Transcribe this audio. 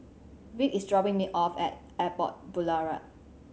Vick is dropping me off at Airport Boulevard